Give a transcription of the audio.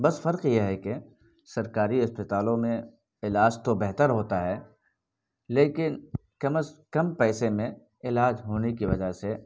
بس فرق یہ ہے کہ سرکاری اسپتالوں میں علاج تو بہتر ہوتا ہے لیکن کم از کم پیسے میں علاج ہونے کی وجہ سے